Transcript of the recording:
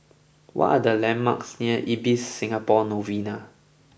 what are the landmarks near Ibis Singapore Novena